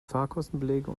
fahrkostenbelege